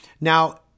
Now